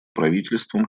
правительством